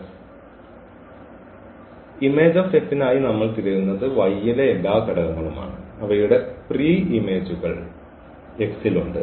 അതിനാൽ Im നായി നമ്മൾ തിരയുന്നത് y യിലെ എല്ലാ ഘടകങ്ങളും ആണ് അവയുടെ പ്രീ ഇമേജുകൾ X ൽ ഉണ്ട്